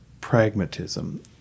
pragmatism